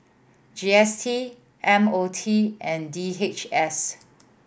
G S T M O T and D H S